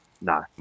no